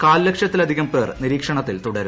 കാൽ ലക്ഷത്തിലധികം പേർ നിരീക്ഷണത്തിൽ തുടരുന്നു